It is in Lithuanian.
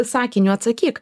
sakiniu atsakyk